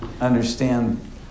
understand